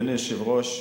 אדוני היושב-ראש,